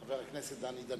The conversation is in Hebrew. חבר הכנסת דני דנון.